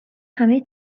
همه